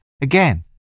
Again